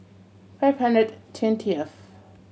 five hundred twentieth